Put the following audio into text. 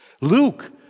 Luke